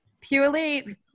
purely